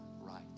right